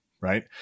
Right